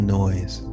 noise